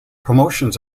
promotions